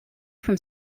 from